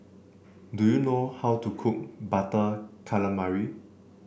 do you know how to cook Butter Calamari